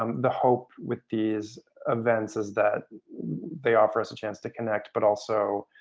um the hope with these events is that they offer us a chance to connect but also